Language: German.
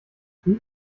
wie